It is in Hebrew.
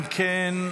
אם כן,